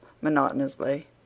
monotonously